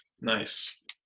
nice